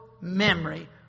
memory